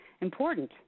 Important